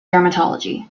dermatology